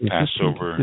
Passover